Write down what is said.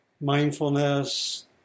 Mindfulness